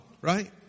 Right